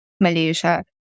Malaysia